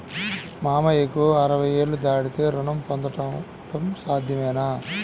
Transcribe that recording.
మామయ్యకు అరవై ఏళ్లు దాటితే రుణం పొందడం సాధ్యమేనా?